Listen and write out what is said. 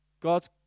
God's